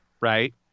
right